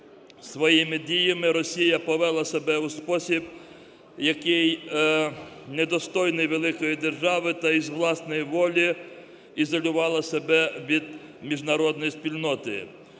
Своїми діями Росія повела себе у спосіб, який недостойний великої держави, та із власної волі ізолювала себе від міжнародної спільноти.